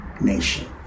nation